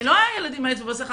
אני לא הילד עם האצבע בסכר.